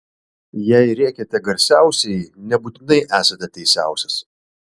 jei rėkiate garsiausiai nebūtinai esate teisiausias